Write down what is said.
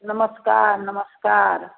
नमस्कार नमस्कार